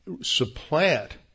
supplant